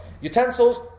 Utensils